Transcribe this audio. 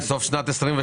בסוף שנת 2022?